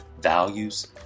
values